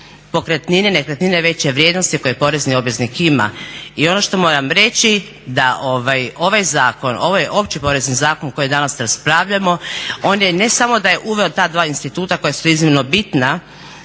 pokretnine, nekretnine veće vrijednosti koje porezni obveznik ima. I ono što moram reći da ovaj zakon, ovaj Opći porezni zakon koji danas raspravljamo on je ne samo da je uveo ta dva instituta koja su iznimno bitna,